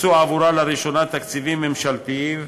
הוקצו עבורה לראשונה תקציבים ממשלתיים,